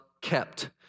kept